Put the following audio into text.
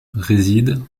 réside